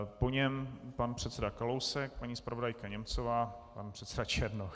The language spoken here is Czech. Po něm pan předseda Kalousek, paní zpravodajka Němcová, pan předseda Černoch.